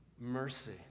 mercy